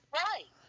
right